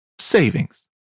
savings